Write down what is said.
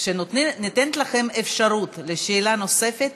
כשניתנת לכם אפשרות לשאלה נוספת,